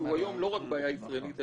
שהוא היום לא רק בעיה ישראלית,